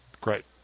Great